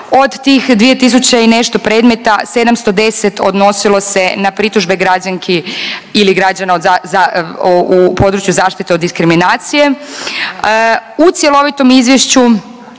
Od tih 2.000 i nešto predmeta 710 odnosilo se na pritužbe građanki ili građani u području zaštite od diskriminacije. U cjelovitom izvješću